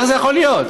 איך זה יכול להיות?